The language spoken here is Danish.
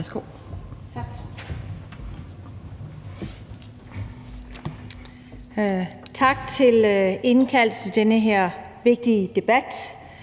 Tak